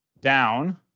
down